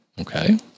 Okay